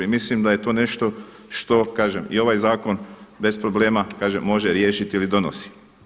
I mislim da je to nešto što kažem i ovaj zakon bez problema, kažem može riješiti ili donosi.